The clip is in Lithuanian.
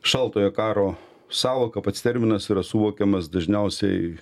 šaltojo karo sąvoka pats terminas yra suvokiamas dažniausiai